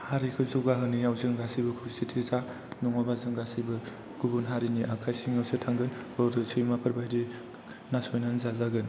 हारिखौ जौगाहोनायाव जों गासैबो खौसेथि जा नङाबा जों गासैबो गुबुन हारिनि आखाय सिङावसो थांगोन हरै सैमाफोरबायदि नासयनानै जाजागोन